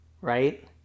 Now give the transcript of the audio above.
right